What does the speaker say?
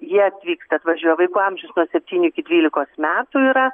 jie atvyksta atvažiuoja vaikų amžius nuo septynių iki dvylikos metų yra